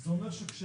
זה אומר שכשאדם,